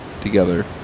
together